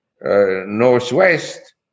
northwest